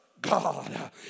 God